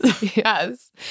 Yes